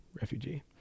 refugee